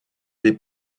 des